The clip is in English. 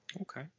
Okay